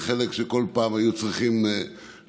והיה חלק שכל פעם היו צריכים להוסיף,